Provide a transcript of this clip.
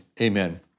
Amen